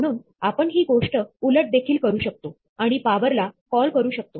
म्हणून आपण ही गोष्ट उलट देखील करू शकतो आणि पावरला कॉल करू शकतो